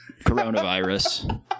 coronavirus